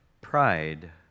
Pride